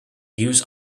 use